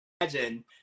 imagine